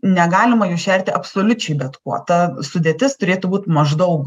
negalima jų šerti absoliučiai bet kuo ta sudėtis turėtų būt maždaug